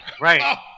Right